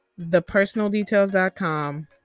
thepersonaldetails.com